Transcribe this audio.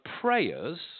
prayers